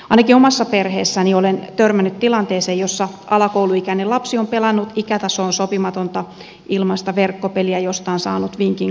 ainakin omassa perheessäni olen törmännyt tilanteeseen jossa alakouluikäinen lapsi on pelannut ikätasoon sopimatonta ilmaista verkkopeliä josta on saanut vinkin kaverilta